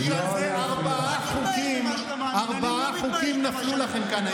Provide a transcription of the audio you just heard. אני שואל, מה, אתה מתבייש באמונה שלך?